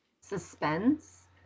suspense